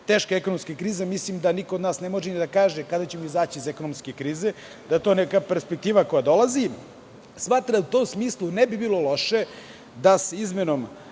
teška je ekonomska kriza. Mislim da niko od nas ne može da kaže kada ćemo izaći iz ekonomske krize, da je to neka perspektiva koja dolazi. Smatram da u tom smislu ne bi bilo loše da se izmenom